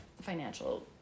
financial